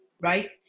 right